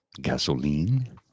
gasoline